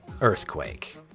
earthquake